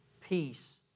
peace